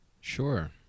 Sure